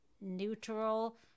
neutral-